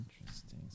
interesting